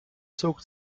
zog